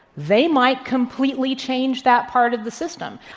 they might completely change that part of the system.